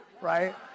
right